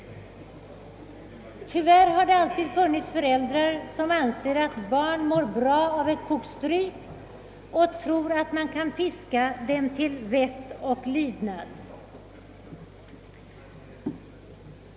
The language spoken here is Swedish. Tyvärr har det alltid funnits föräldrar som anser att barn mår bra av ett kok stryk och tror att man kan piska dem till vett och lydnad.